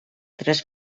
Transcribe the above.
tres